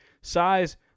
size